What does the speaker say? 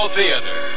Theater